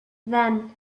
then